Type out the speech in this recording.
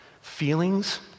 feelings